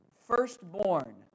Firstborn